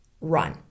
run